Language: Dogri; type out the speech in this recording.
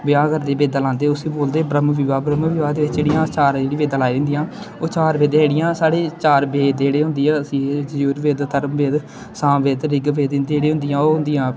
ब्याह करदे बेदां लांदे उस्सी बोलदे ब्रह्म बिबाह् ब्रह्म बिबाह् दे बिच्च जेह्डियां असें चार जेह्डियां बेदां लाई दियां होंदियां ओह् चार बेदां जेह्डियां साढ़े चार बेद जेह्ड़े होंदी ऐ अस्सी यजूर बेद अथर्ब बेद साम बेद ते ऋृग बेद इंदे जेह्ड़ी होंदियां ऐ ओह् होंदियां